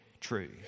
true